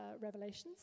Revelations